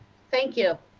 thank you.